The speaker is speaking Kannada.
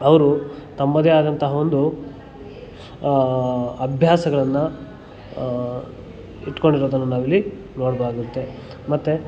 ಅವರು ತಮ್ಮದೇ ಆದಂತಹ ಒಂದು ಅಭ್ಯಾಸಗಳನ್ನು ಇಟ್ಕೊಂಡಿರೊದನ್ನು ನಾವಿಲ್ಲಿ ನೋಡ್ಬೊದಾಗತ್ತೆ ಮತ್ತು